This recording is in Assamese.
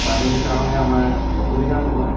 পানীৰ কাৰণে আমাৰ অসুবিধা নহয়